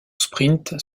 sprint